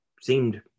seemed